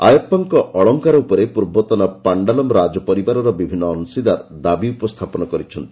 ଆୟପ୍ରାଙ୍କ ଏହି ଅଳଙ୍କାର ଉପରେ ପୂର୍ବତନ ପାଣ୍ଡାଲମ ରାଜ ପରିବାରର ବିଭିନ୍ନ ଅଂଶିଦାର ଦାବି ଉପସ୍ଥାପନ କରିଛନ୍ତି